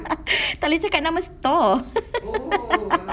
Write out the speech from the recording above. tak boleh cakap nama store